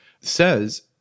says